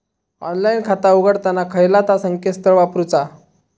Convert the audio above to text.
Online खाता उघडताना खयला ता संकेतस्थळ वापरूचा?